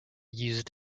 used